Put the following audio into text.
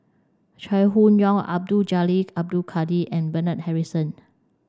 Chai Hon Yoong Abdul Jalil Abdul Kadir and Bernard Harrison